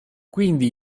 quindi